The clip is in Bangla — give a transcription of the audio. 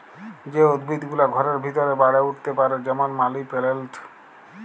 যে উদ্ভিদ গুলা ঘরের ভিতরে বাড়ে উঠ্তে পারে যেমল মালি পেলেলট